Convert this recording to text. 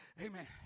Amen